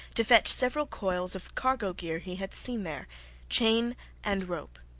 to fetch several coils of cargo gear he had seen there chain and rope.